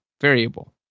variable